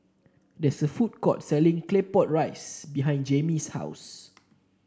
there is a food court selling Claypot Rice behind Jaimie's house